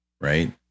Right